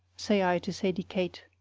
say i to sadie kate.